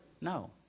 No